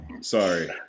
Sorry